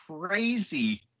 crazy